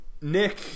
Nick